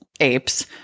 apes